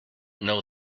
know